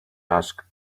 asked